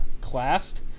classed